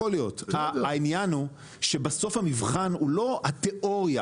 העניין הוא שבסוף המבחן הוא לא התיאוריה,